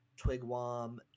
Twigwam